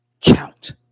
count